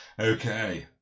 Okay